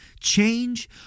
Change